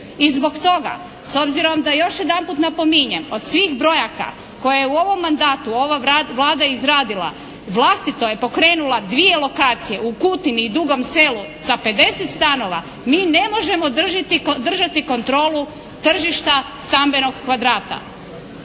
I zbog toga, s obzirom da još jedanput napominjem, od svih brojaka koje je u ovom mandatu ova Vlada izradila vlastito je pokrenula dvije lokacije u Kutini i Dugom Selu sa 50 stanova. Mi ne možemo držati kontrolu tržišta stambenog kvadrata.